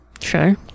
Sure